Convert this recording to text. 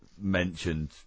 mentioned